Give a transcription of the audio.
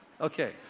Okay